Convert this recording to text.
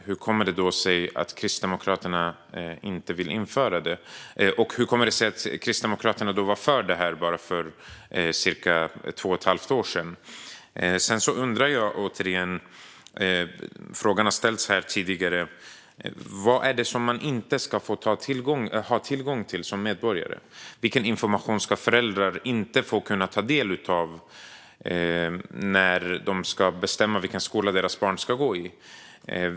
Hur kommer det sig då att Kristdemokraterna inte vill införa det, och hur kommer det sig att Kristdemokraterna var för detta för bara cirka två och ett halvt år sedan? Sedan undrar jag återigen - frågan har ställts här tidigare: Vad är det som man inte ska få ha tillgång till som medborgare? Vilken information ska föräldrar inte kunna få ta del av när de ska bestämma vilken skola deras barn ska gå i?